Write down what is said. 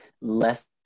less